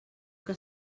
que